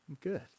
Good